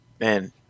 man